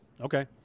okay